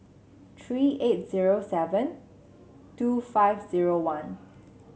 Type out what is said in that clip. three eight zero seven two five zero one